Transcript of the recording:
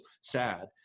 sad